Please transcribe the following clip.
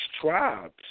tribes